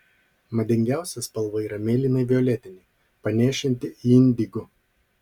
madingiausia spalva yra mėlynai violetinė panėšinti į indigo